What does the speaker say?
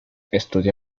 estudió